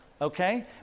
Okay